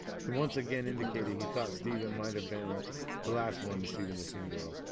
he once again indicated he thought steven might have been the last one to see the missing girl.